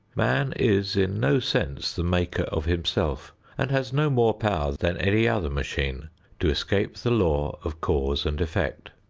man is in no sense the maker of himself and has no more power than any other machine to escape the law of cause and effect.